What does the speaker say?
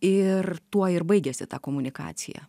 ir tuo ir baigiasi ta komunikacija